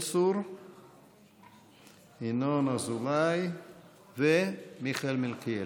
ינון אזולאי ומיכאל מלכיאלי.